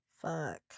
Fuck